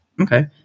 okay